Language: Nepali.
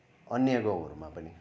अन्य गाउँहरूमा पनि